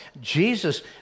Jesus